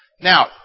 Now